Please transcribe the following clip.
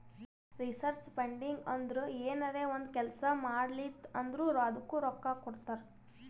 research funding ಅಂದುರ್ ಏನರೇ ಒಂದ್ ಕೆಲ್ಸಾ ಮಾಡ್ಲಾತಿ ಅಂದುರ್ ಅದ್ದುಕ ರೊಕ್ಕಾ ಕೊಡ್ತಾರ್